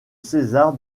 césar